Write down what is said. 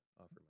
offer